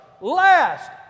last